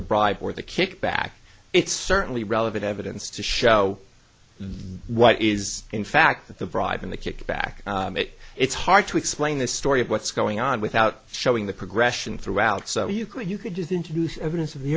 the bribe or the kickback it's certainly relevant evidence to show what is in fact that the bribe and the kickback it's hard to explain the story of what's going on without showing the progression throughout so you could you could just introduce evidence of the